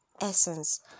essence